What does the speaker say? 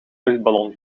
luchtballon